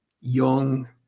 young